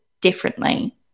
differently